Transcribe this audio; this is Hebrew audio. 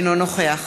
אינו נוכח